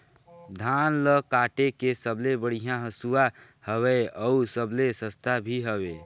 धान ल काटे के सबले बढ़िया हंसुवा हवये? अउ सबले सस्ता भी हवे?